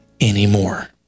anymore